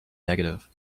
negative